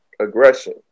aggression